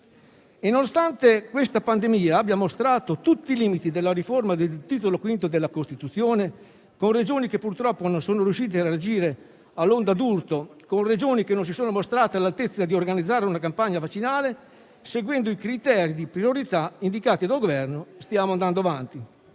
Nonostante la pandemia abbia mostrato tutti i limiti della riforma del Titolo V della Costituzione, con Regioni che purtroppo non sono riuscite a reagire all'onda d'urto e con Regioni che non si sono mostrate all'altezza di organizzare una campagna vaccinale, seguendo i criteri di priorità indicati dal Governo stiamo andando avanti.